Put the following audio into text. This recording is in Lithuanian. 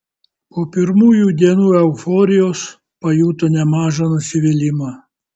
po pirmųjų dienų euforijos pajuto nemažą nusivylimą